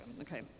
Okay